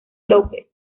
lópez